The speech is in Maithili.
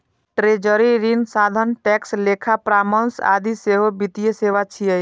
ट्रेजरी, ऋण साधन, टैक्स, लेखा परामर्श आदि सेहो वित्तीय सेवा छियै